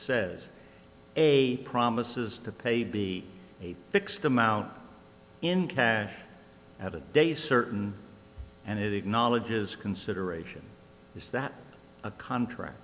says a promises to pay be a fixed amount in cash at a day certain and it acknowledges consideration is that a contract